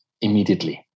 immediately